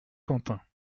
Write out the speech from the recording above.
quentin